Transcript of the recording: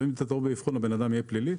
אם יש טעות באבחון, הבן אדם יהיה פלילי?